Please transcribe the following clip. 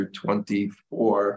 24